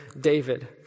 David